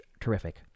terrific